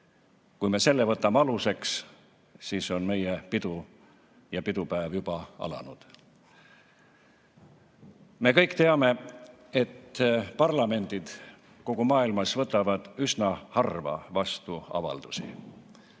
Kui me selle aluseks võtame, siis on meie pidu ja pidupäev juba alanud.Me kõik teame, et parlamendid kogu maailmas võtavad üsna harva vastu avaldusi.